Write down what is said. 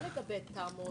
מה לגבי תמ"אות?